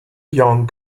young